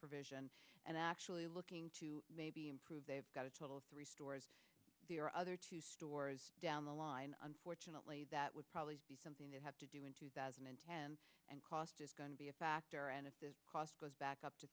provision and actually looking to maybe improve they've got a total of three stores or other two stores down the line unfortunately that would probably be something they have to do in two thousand and ten and cost is going to be a factor and if the cost goes back up to